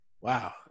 wow